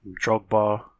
Drogba